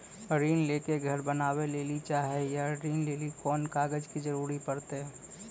ऋण ले के घर बनावे लेली चाहे या ऋण लेली कोन कागज के जरूरी परतै?